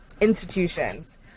institutions